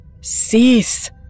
Cease